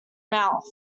mouth